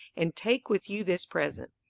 and take with you this present.